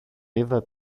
είδα